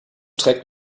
trägt